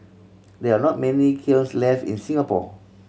there are not many kilns left in Singapore